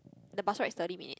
the bus ride is thirty minute